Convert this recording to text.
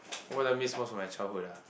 what I miss most from my childhood ah